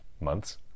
months